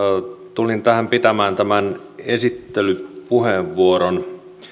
tulin tähän käyttämään tämän esittelypuheenvuoron